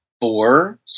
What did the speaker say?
four